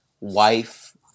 wife